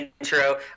intro